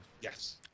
Yes